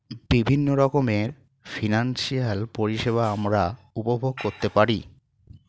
বিভিন্ন রকমের ফিনান্সিয়াল পরিষেবা আমরা উপভোগ করতে পারি